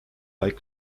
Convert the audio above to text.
like